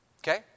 Okay